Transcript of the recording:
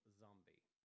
zombie